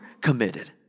committed